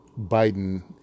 Biden